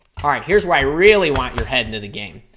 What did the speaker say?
all right, here's where i really want your head into the game.